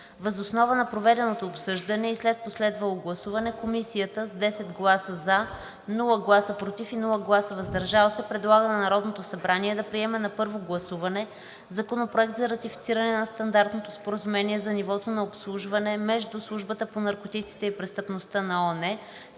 Въз основа на проведеното обсъждане и след последвалото гласуване Комисията с 10 гласа „за“, без „против“ и „въздържал се“ предлага на Народното събрание да приеме на първо гласуване Законопроект за ратифициране на Стандартното споразумение за нивото на обслужване между Службата по наркотиците и престъпността на ООН